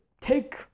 take